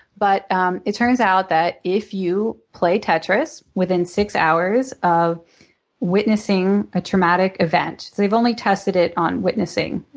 but um it turns out that if you play tetris within six hours of witnessing a traumatic event so they've only tested it on witnessing